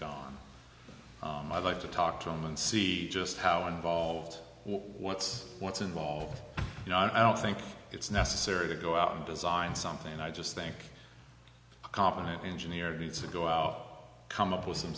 gone i'd like to talk to him and see just how involved what's what's involved you know i don't think it's necessary to go out and design something and i just think a competent engineer needs to go out come up with some